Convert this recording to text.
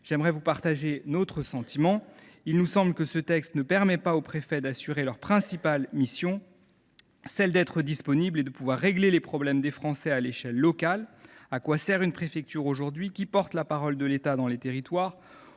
j’aimerais exprimer notre sentiment. Il nous semble que ce texte ne permet pas aux préfets d’assurer leur principale mission : celle d’être disponibles et de régler, dans la mesure du possible, les problèmes des Français à l’échelle locale. À quoi sert une préfecture aujourd’hui ? Qui porte la parole de l’État dans les territoires ?